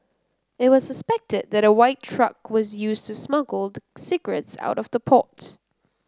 it was suspected that a white truck was used to smuggle the cigarettes out of the port